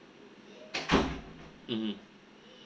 mm mm